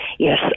Yes